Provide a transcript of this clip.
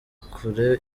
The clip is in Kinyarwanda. kure